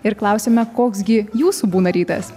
ir klausiame koks gi jūsų būna rytas